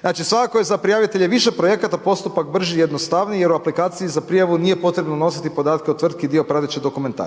Znači svakako je za prijavitelje više projekata postupak brži i jednostavniji, jer u aplikaciji za prijavu nije potrebno unositi podatke o tvrtki, dio prateće dokumentacije.